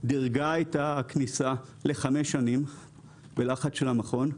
דירגה את הכניסה לחמש שנים בלחץ של המכון,